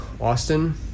Austin